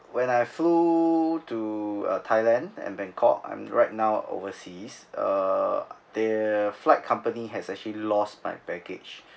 when I flew to uh thailand at bangkok I'm right now overseas uh the flight company has actually lost my baggage